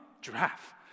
giraffe